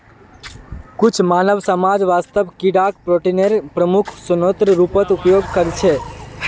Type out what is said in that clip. कुछु मानव समाज वास्तवत कीडाक प्रोटीनेर प्रमुख स्रोतेर रूपत उपयोग करछे